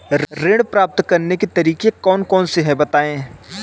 ऋण प्राप्त करने के तरीके कौन कौन से हैं बताएँ?